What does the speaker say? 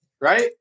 right